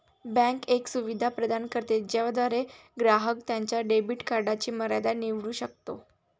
bank एक सुविधा प्रदान करते ज्याद्वारे ग्राहक त्याच्या डेबिट कार्डची मर्यादा निवडू शकतो